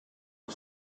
you